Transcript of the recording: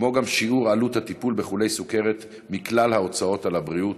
כמו גם שיעור עלות הטיפול בחולי סוכרת מכלל ההוצאות על בריאות,